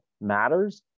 matters